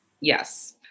Yes